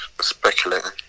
speculating